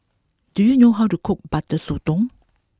do you know how to cook Butter Sotong